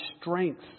strength